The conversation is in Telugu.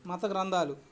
మత గ్రంధాలు